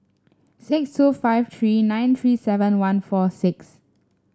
six two five three nine three seven one four six